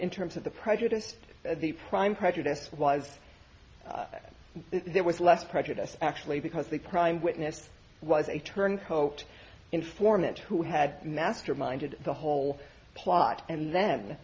in terms of the prejudiced the prime prejudice was there was less prejudiced actually because the prime witness was a turncoat informant who had masterminded the whole plot and then